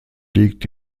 liegt